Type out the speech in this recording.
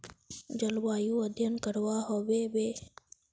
जलवायु अध्यन करवा होबे बे?